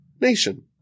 nation